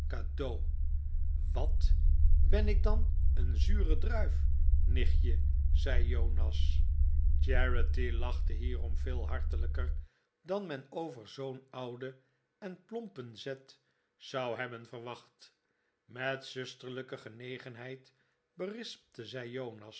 cadeau wat ben ik dan een zure druif nichtje zei jonas charity lachte hierom veel hartelijker dan men over zoo'n ouden en plompen zet zou hebben verwacht met zusterlijke genegenheid berispte zij